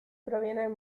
provienen